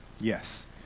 Yes